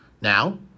Now